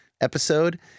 episode